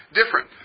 different